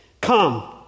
Come